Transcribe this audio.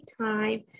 time